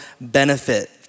benefit